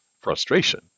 frustration